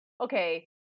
okay